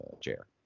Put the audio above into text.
chair